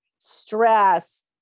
stress